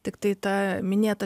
tiktai ta minėta